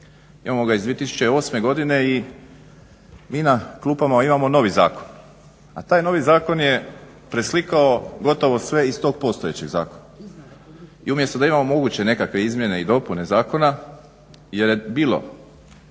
Imamo ga iz 2008. godine i mi na klupama imamo novi Zakon a taj novi Zakon je preslikao gotovo sve iz tog postojećeg zakona. I umjesto da imamo moguće nekakve izmjene i dopune zakona jer je bilo,